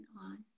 on